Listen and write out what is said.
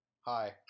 Hi